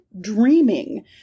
dreaming